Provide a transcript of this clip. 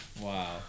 Wow